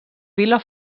vila